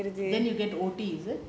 then you get O_T is it